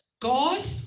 God